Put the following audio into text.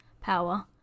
power